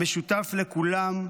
המשותף לכולם,